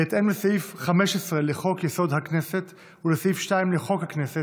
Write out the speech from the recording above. בהתאם לסעיף 15 לחוק-יסוד: הכנסת ולסעיף 2 לחוק הכנסת,